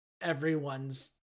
everyone's